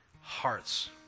hearts